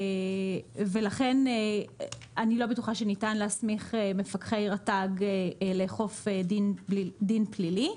לכן אני לא בטוחה שניתן להסמיך מפקחי רט"ג לאכוף דין פלילי.